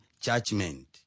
judgment